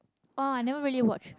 oh I never really watch